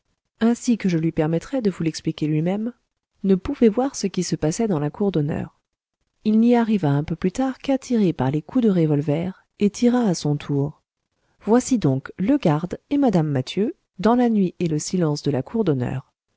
ainsi que je lui permettrai de vous l'expliquer lui-même ne pouvait voir ce qui se passait dans la cour d'honneur il n'y arriva un peu plus tard qu'attiré par les coups de revolver et tira à son tour voici donc le garde et mme mathieu dans la nuit et le silence de la cour d'honneur